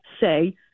say